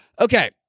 Okay